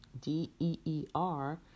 D-E-E-R